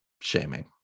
shaming